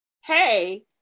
hey